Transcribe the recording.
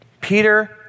Peter